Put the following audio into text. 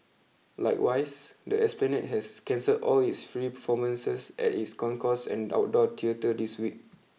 likewise the Esplanade has cancelled all its free performances at its concourse and outdoor theatre this week